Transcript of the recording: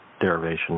derivation